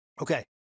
Okay